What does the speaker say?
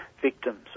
victims